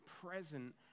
present